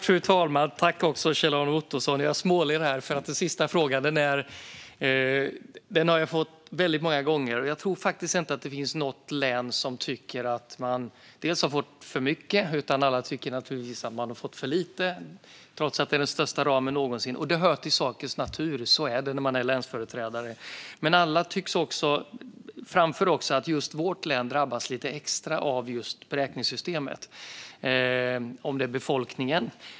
Fru talman! Jag småler därför att den sista frågan har jag fått många gånger. Jag tror faktiskt inte att det finns något län som tycker att man har fått mycket. Alla tycker att man har fått för lite, trots att det är fråga om den största ramen någonsin. Det hör till sakens natur; så är det när man är länsföreträdare. Men alla framför också att just deras län drabbas lite extra av beräkningssystemet. Det kan vara befolkningen.